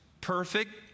perfect